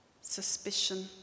suspicion